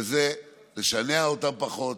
בזה נשנע אותם פחות,